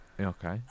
Okay